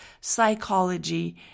psychology